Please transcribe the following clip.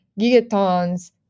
gigatons